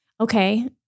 okay